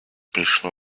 пришло